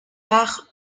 par